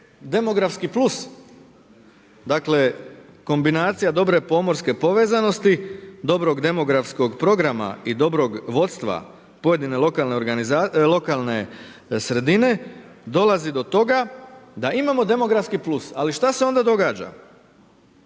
demografski plus, dakle kombinacija dobre pomorske povezanosti, dobrog demografskog programa i dobrog vodstva pojedine lokalne sredine, dolazi do toga da imamo demografski plus. Ali što se onda događa?